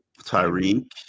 Tyreek